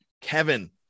Kevin